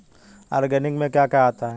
Organic में क्या क्या आता है?